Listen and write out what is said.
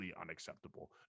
unacceptable